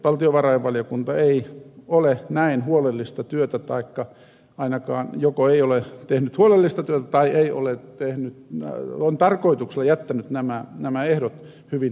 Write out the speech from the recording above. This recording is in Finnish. valtiovarainvaliokunta joko ei ole tehnyt huolellista työtä vaikka ainakaan joku ei ole tehnyt huolellista tai on tarkoituksella jättänyt nämä ehdot hyvin epämääräisiksi